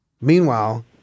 Meanwhile